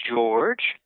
George